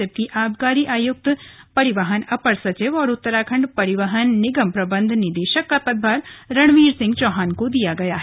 जबकि आबकारी आयुक्त परिवहन अपर सचिव और उत्तराखण्ड परिवहन निगम प्रबंध निदेशक का पदभार रणवीर सिंह चौहान को दिया गया है